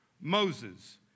Moses